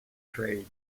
trade